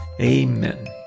Amen